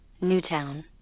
Newtown